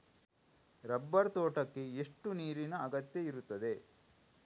Rubber ತೋಟಕ್ಕೆ ಎಷ್ಟು ನೀರಿನ ಅಗತ್ಯ ಇರುತ್ತದೆ?